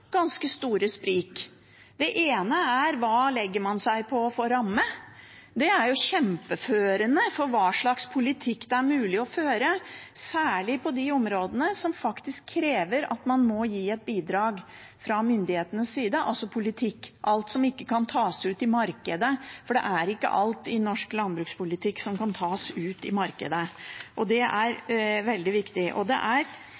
ganske store sprik. Det ene er hvilken ramme man legger seg på. Det er jo kjempeførende for hva slags politikk det er mulig å føre, særlig på de områdene som faktisk krever at man må gi et bidrag fra myndighetenes side, altså politikk, alt som ikke kan tas ut i markedet. For det er ikke alt i norsk landbrukspolitikk som kan tas ut i markedet, og det er veldig viktig. Da er det